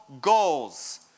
goals